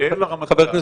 אל הרמטכ"ל אל